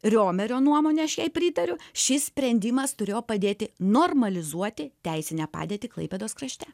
riomerio nuomone aš jai pritariu šis sprendimas turėjo padėti normalizuoti teisinę padėtį klaipėdos krašte